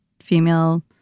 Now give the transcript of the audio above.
female